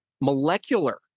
molecular